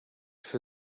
für